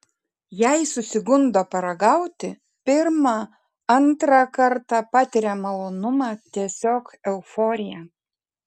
jei susigundo paragauti pirmą antrą kartą patiria malonumą tiesiog euforiją